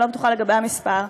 אני לא בטוחה לגבי המספר,